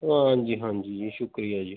ਹਾਂਜੀ ਹਾਂਜੀ ਜੀ ਸ਼ੁਕਰੀਆ ਜੀ